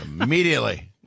immediately